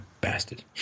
bastard